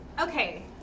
Okay